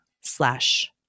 slash